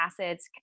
acids